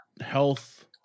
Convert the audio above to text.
health